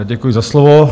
Děkuji za slovo.